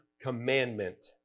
commandment